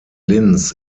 linz